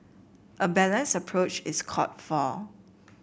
a balanced approach is called for